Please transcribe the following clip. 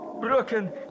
broken